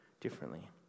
differently